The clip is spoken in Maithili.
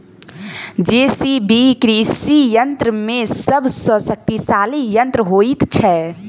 जे.सी.बी कृषि यंत्र मे सभ सॅ शक्तिशाली यंत्र होइत छै